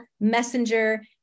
messenger